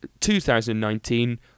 2019